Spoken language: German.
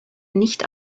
nicht